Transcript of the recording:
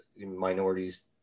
minorities